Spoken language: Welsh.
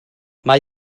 mae